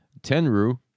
Tenru